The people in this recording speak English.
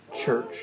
Church